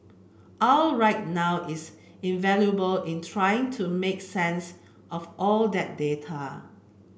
I'll right now is invaluable in trying to help make sense of all that data